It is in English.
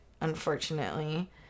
unfortunately